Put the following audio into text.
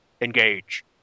Engage